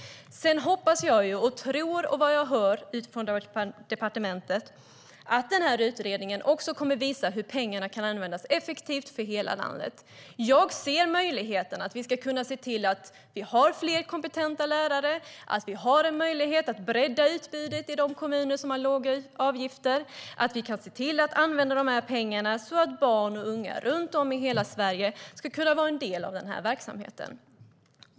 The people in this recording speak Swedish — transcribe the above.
Sedan hoppas och tror jag, utifrån vad jag har hört från departementet, att denna utredning också kommer att visa hur pengarna kan användas effektivt för hela landet. Jag ser möjligheten att vi ska se till att ha fler kompetenta lärare, att vi ska bredda utbudet i de kommuner som har låga avgifter och att vi ska se till att använda dessa pengar så att barn och unga runt om i hela Sverige ska vara en del av denna verksamhet.